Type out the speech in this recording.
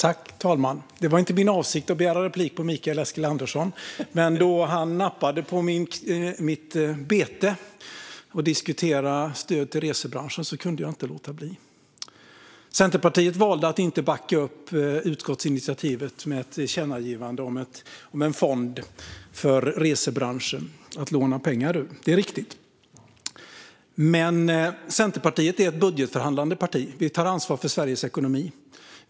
Fru talman! Det var inte min avsikt att begära replik på Mikael Eskilandersson. Men då han nappade på mitt bete om att diskutera stöd till resebranschen kunde jag inte låta bli. Det är riktigt att Centerpartiet valde att inte backa upp utskottsinitiativet om ett tillkännagivande om en fond för resebranschen att låna pengar från. Centerpartiet är ett budgetförhandlande parti. Vi tar ansvar för Sveriges ekonomi.